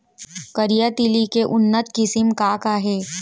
करिया तिलि के उन्नत किसिम का का हे?